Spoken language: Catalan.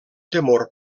temor